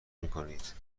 میکنید